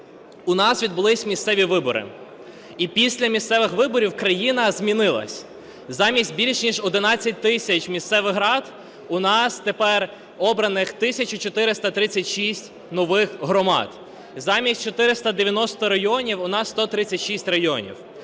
У нас відбулись місцеві вибори. І після місцевих виборів країна змінилася. Замість більш ніж 11 тисяч місцевих рад у нас тепер обраних 1436 нових громад, замість 490 районів у нас 136 районів.